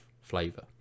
flavor